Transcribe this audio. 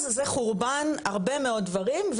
אז זה חורבן הרבה מאוד דברים,